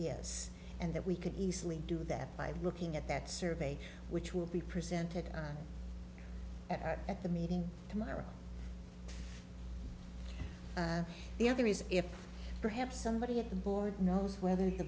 yes and that we could easily do that by looking at that survey which will be presented at the meeting tomorrow or the other is if perhaps somebody at the board knows whether